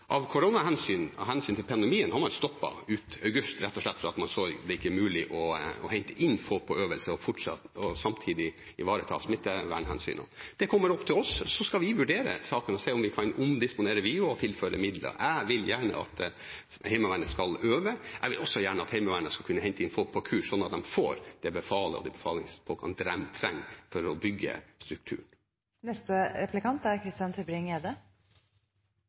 Av koronahensyn, av hensyn til pandemien, har man stoppet ut august rett og slett fordi man ikke så det mulig å hente inn folk på øvelse og samtidig ivareta smittevernhensynene. Om det kommer til oss, skal vi vurdere saken og se om vi kan omdisponere og tilføre midler. Jeg vil gjerne at Heimevernet skal øve. Jeg vil også gjerne at Heimevernet skal kunne hente inn folk på kurs, slik at de får det befalet de trenger for å bygge struktur. Jeg stilte statsråden et spørsmål under mitt innlegg. Det var hvorvidt seksuell trakassering og mobbing får konsekvenser for